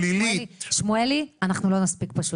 --- שמואלי, אנחנו לא נספיק.